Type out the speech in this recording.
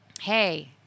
Hey